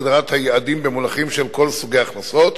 הגדרת היעדים במונחים של כל סוגי ההכנסות,